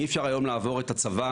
אי אפשר לעבור את הצבא,